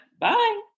Bye